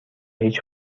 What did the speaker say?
هیچ